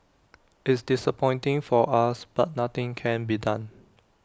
it's disappointing for us but nothing can be done